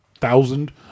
thousand